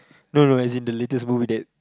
no no as in the latest movie that